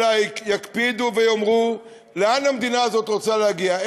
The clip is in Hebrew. אלא יקפידו ויאמרו לאן המדינה הזאת רוצה להגיע,